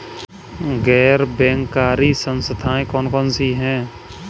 गैर बैंककारी संस्थाएँ कौन कौन सी हैं?